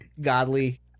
godly